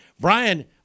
Brian